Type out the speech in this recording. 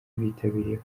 bitabiriye